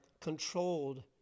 controlled